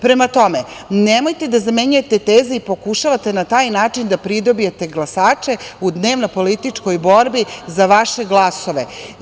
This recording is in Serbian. Prema tome, nemojte da zamenjujete teze i pokušavate na taj način da pridobijete glasače u dnevnopolitičkoj borbi za vaše glasove.